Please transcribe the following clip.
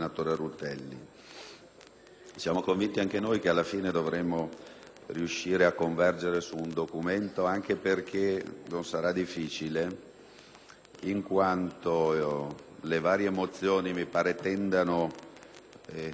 Siamo convinti anche noi che, alla fine, dovremo riuscire a convergere su un documento unico; non sarà difficile, in quanto le varie mozioni mi sembra tendano tutte ad